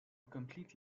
complete